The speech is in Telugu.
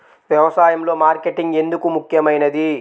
వ్యసాయంలో మార్కెటింగ్ ఎందుకు ముఖ్యమైనది?